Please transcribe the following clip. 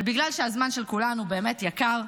אבל בגלל שהזמן של כולנו באמת יקר,